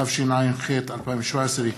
התשע"ח 2017,